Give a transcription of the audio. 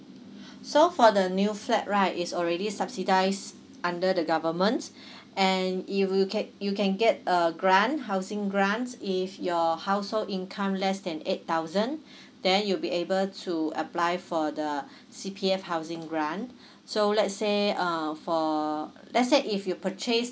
so for the new flat right it's already subsidised under the government and it will can you can get a grant housing grant if your household income less than eight thousand then you'll be able to apply for the C_P_F housing grant so let's say uh for let's say if you purchase